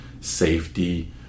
safety